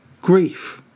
grief